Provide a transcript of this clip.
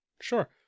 Sure